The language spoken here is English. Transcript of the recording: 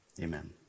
Amen